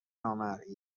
نامرئی